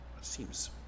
seems